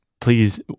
please